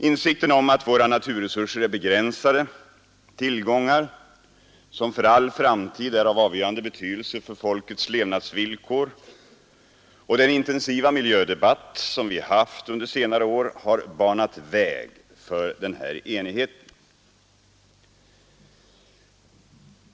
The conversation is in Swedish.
Insikten om att våra naturresurser är begränsade tillgångar som för all framtid är av avgörande betydelse för folkets levnadsvillkor och den intensiva miljödebatt vi haft under senare år har banat väg för denna enighet.